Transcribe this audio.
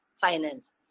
finance